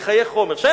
לחיי חומר, שאין